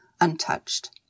untouched